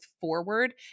forward